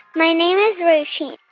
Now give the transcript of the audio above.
my name is rasheen.